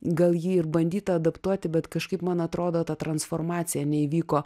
gal jį ir bandyta adaptuoti bet kažkaip man atrodo ta transformacija neįvyko